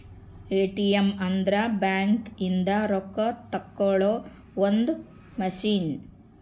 ATM ಅಂದ್ರ bank ಇಂದ ರೊಕ್ಕ ತೆಕ್ಕೊಳೊ ಒಂದ್ ಮಸಿನ್